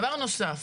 דבר נוסף,